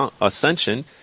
ascension